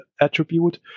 attribute